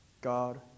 God